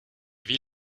vie